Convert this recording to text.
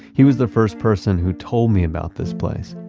he was the first person who told me about this place.